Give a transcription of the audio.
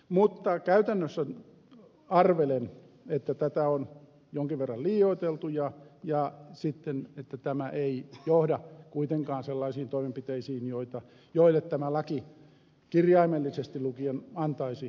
mutta käytännössä arvelen että tätä on jonkin verran liioiteltu ja sitten että tämä ei johda kuitenkaan sellaisiin toimenpiteisiin joille tämä laki kirjaimellisesti lukien antaisi mahdollisuuksia